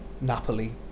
Napoli